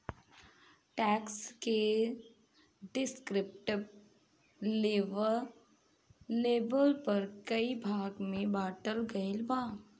tax के descriptive label पर कई भाग में बॉटल गईल बा